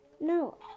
No